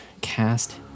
cast